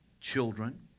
children